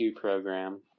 program